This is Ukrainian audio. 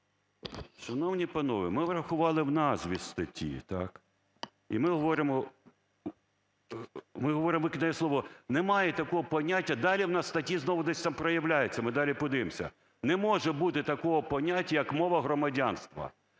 Шановні панове, ми врахували в назві статті, так. І ми говоримо, ми говоримо, выкидая слово, немає такого поняття, далі в нас в статті знову десь там проявляється, ми далі подивимося. Не може бути такого поняття, як мова громадянства.